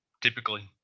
typically